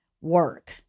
work